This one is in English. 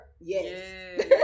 Yes